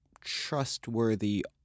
trustworthy